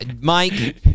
Mike